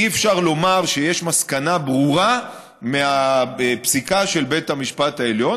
אי-אפשר לומר שיש מסקנה ברורה מהפסיקה של בית המשפט העליון,